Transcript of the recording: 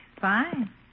Fine